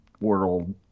world